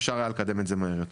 אפשר היה לקדם את זה מהר יותר.